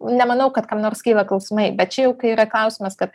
nemanau kad kam nors kyla klausimai bet čia jau yra klausimas kad